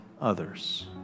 others